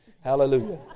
Hallelujah